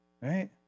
Right